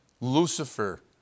Lucifer